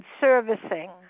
servicing